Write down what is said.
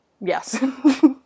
Yes